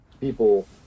people